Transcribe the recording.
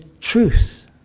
truth